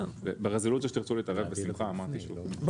ברזולוציה שתרצו לקבל -- ברור.